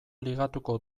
ligatuko